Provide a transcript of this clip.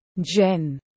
Jen